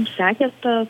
sekė ta